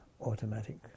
automatic